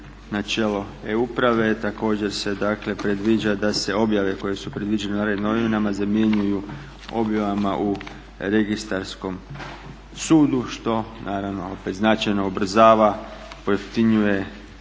načelo e-uprave. Također se dakle predviđa da se objave koje su predviđene u Narodnim novinama zamjenjuju objavama u registarskom sudu što naravno opet značajno ubrzava, pojeftinjuje